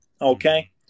okay